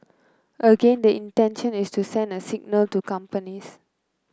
again the intention is to send a signal to companies